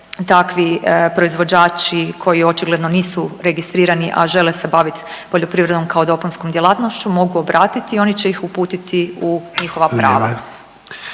takvi proizvođači koji očigledno nisu registrirani, a žele se baviti poljoprivredom kao dopunskom djelatnošću, mogu obratiti i oni će ih uputiti u njihova prava.